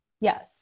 Yes